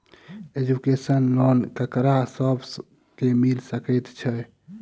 Education loan ककरा सब केँ मिल सकैत छै?